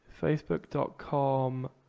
facebook.com